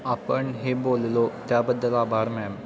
आपण हे बोललो त्याबद्दल आभार मॅम